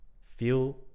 feel